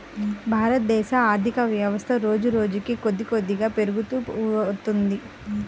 భారతదేశ ఆర్ధికవ్యవస్థ రోజురోజుకీ కొద్దికొద్దిగా పెరుగుతూ వత్తున్నది